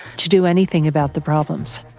to do anything about the problems.